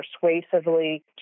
persuasively